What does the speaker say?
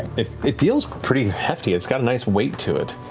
it it feels pretty hefty. it's got a nice weight to it.